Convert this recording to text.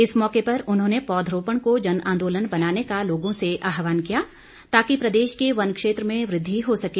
इस मौके पर उन्होंने पौधरोपण को जनआंदोलन बनाने का लोगों से आहवान किया ताकि प्रदेश के वन क्षेत्र में वृद्धि हो सके